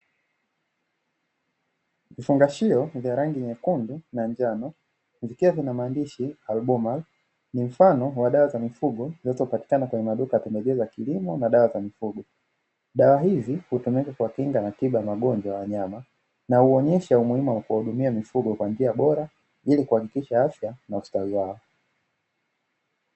Vifungashio vya rangi nyekundu na njano vikiwa vina maandishi "Albomar ", ni mfano wa dawa za mifugo zinazopatikana kwenye maduka ya pembejeo za kilimo na dawa za mifugo. Dawa hizi hutumika kuwa kinga na tiba ya magonjwa ya wanyama na huonyesha umuhimu wa kuhudumia mifugo kwa njia bora ili kuhakikisha afya na ustawi wao.